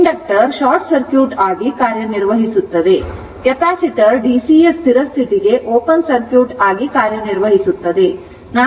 inductor short circuit ಆಗಿ ಕಾರ್ಯನಿರ್ವಹಿಸುತ್ತದೆ capacitor DC ಯ ಸ್ಥಿರ ಸ್ಥಿತಿಗೆ ಓಪನ್ ಸರ್ಕ್ಯೂಟ್ ಆಗಿ ಕಾರ್ಯನಿರ್ವಹಿಸುತ್ತದೆ